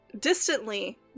distantly